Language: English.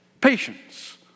Patience